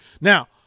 Now